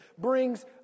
brings